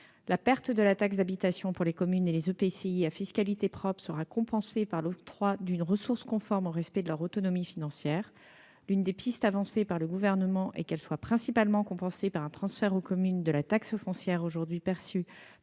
La perte de la taxe d'habitation pour les communes et les EPCI à fiscalité propre sera compensée par l'octroi d'une ressource conforme au respect de leur autonomie financière. L'une des pistes avancées par le Gouvernement consisterait à la compenser principalement en transférant aux communes la taxe foncière aujourd'hui perçue